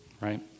right